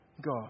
God